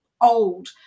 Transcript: old